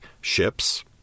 ships